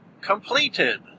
completed